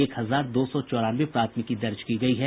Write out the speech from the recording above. एक हजार दो सौ चौरानवे प्राथमिकी दर्ज की गयी हैं